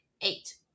eight